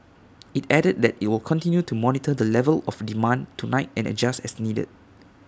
IT added that IT will continue to monitor the level of demand tonight and adjust as needed